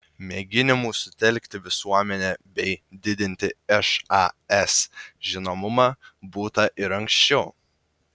mėginimų sutelkti visuomenę bei didinti šas žinomumą būta ir anksčiau